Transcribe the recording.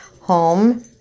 home